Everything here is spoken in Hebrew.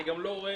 אני גם לא רואה,